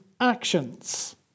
actions